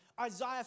Isaiah